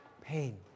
pain